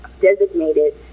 designated